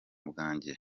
bwanjye